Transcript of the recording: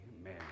amen